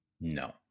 No